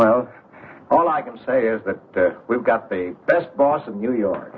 well all i can say is that we've got the best boston new york